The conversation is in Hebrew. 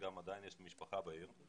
עדיין יש לי משפחה בעיר.